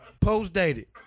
Post-dated